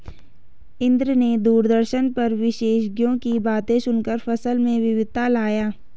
इंद्र ने दूरदर्शन पर विशेषज्ञों की बातें सुनकर फसल में विविधता लाया